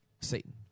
Satan